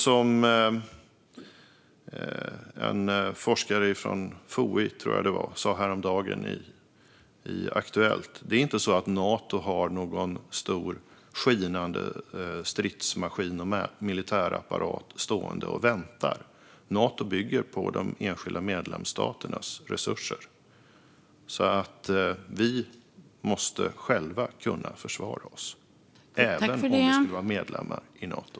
Som en forskare från FOI, tror jag att det var, sa häromdagen i Aktuellt : Det är inte så att Nato har någon stor skinande stridsmaskin och militärapparat stående och väntar. Nato bygger på de enskilda medlemsstaternas resurser. Vi måste själva kunna försvara oss även om vi skulle vara medlemmar i Nato.